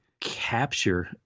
capture